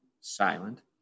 silent